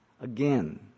again